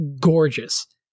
gorgeous